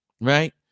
Right